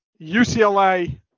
UCLA